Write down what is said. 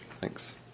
Thanks